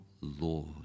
Lord